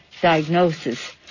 diagnosis